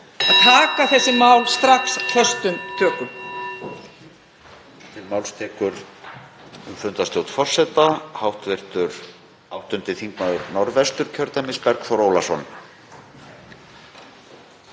að taka þessi mál strax föstum tökum.